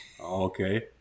Okay